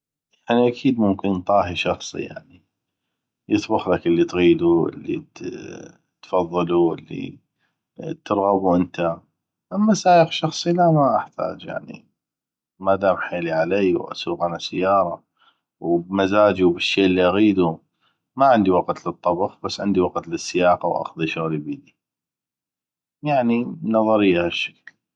يعني اكيد ممكن طاهي شخصي يعني يطبخلك اللي تغيدو اللي تفضلو اللي ترغبو انته اما سايق شخصي ما احتاج يعني ما دام حيلي علي واسوق انا سياره وبمزاجي وبالشي اللي اغيدو ما عندي وقت للطبخ بس عندي وقت للسياقه واقضي شغلي بيدي يعني نظرية هشكل